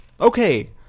okay